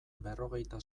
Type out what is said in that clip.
berrogeita